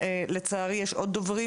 לא ארחיב